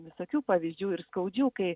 visokių pavyzdžių ir skaudžių kai